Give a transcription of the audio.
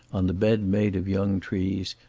on the bed made of young trees,